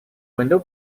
window